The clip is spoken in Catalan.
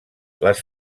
les